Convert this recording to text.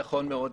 זה נכון מאוד.